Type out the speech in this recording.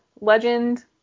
legend